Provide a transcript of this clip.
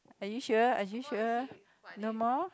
are you sure are you sure no more